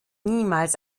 niemals